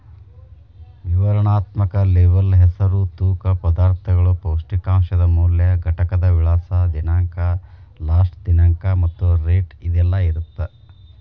ವಿವರಣಾತ್ಮಕ ಲೇಬಲ್ ಹೆಸರು ತೂಕ ಪದಾರ್ಥಗಳು ಪೌಷ್ಟಿಕಾಂಶದ ಮೌಲ್ಯ ಘಟಕದ ವಿಳಾಸ ದಿನಾಂಕ ಲಾಸ್ಟ ದಿನಾಂಕ ಮತ್ತ ರೇಟ್ ಇದೆಲ್ಲಾ ಇರತ್ತ